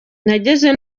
nageze